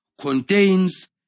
contains